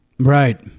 right